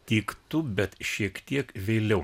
tiktų bet šiek tiek vėliau